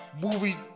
Movie